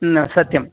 न सत्यं